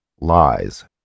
Lies